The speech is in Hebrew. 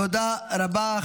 תודה רבה.